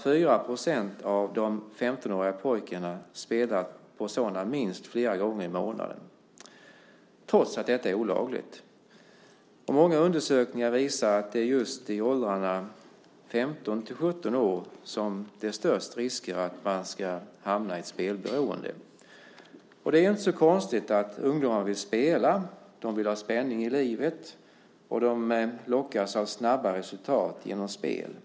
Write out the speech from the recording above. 4 % av de 15-åriga pojkarna hade spelat på sådana minst flera gånger i månaden, trots att detta är olagligt. Många undersökningar visar att det är just i åldrarna 15-17 år som det finns störst risker för att man ska hamna i ett spelberoende. Det är inte så konstigt att ungdomar vill spela. De vill ha spänning i livet, och de lockas av de snabba resultat som spelen ger.